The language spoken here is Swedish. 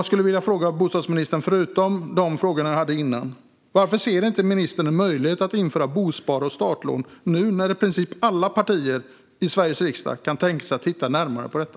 Förutom de frågor jag hade tidigare skulle jag vilja fråga bostadsministern: Varför ser inte ministern en möjlighet att införa bospar och startlån nu, när i princip alla partier i Sveriges riksdag kan tänka sig att titta närmare på detta?